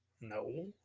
No